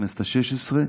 בכנסת השש-עשרה,